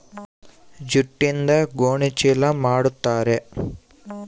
ಜೂಟ್ಯಿಂದ ಗೋಣಿ ಚೀಲ ಮಾಡುತಾರೆ